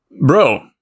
Bro